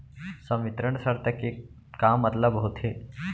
संवितरण शर्त के का मतलब होथे?